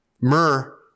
Myrrh